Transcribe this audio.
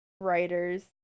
writers